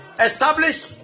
establish